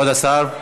כבוד השר,